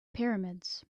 pyramids